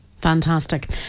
Fantastic